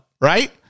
right